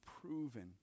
proven